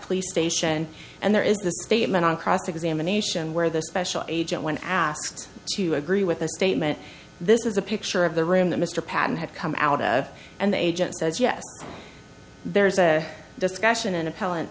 police station and there is the statement on cross examination where the special agent when asked to agree with the statement this is a picture of the room that mr patten had come out of and the agent says yes there's a discussion an a